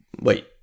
wait